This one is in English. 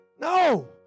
No